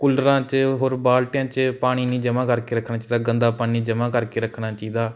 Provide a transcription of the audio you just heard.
ਕੂਲਰਾਂ 'ਚ ਹੋਰ ਬਾਲਟੀਆਂ 'ਚ ਪਾਣੀ ਨਹੀਂ ਜਮ੍ਹਾਂ ਕਰਕੇ ਚਾਹੀਦਾ ਗੰਦਾ ਪਾਣੀ ਜਮ੍ਹਾਂ ਕਰਕੇ ਰੱਖਣਾ ਚਾਹੀਦਾ